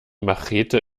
machete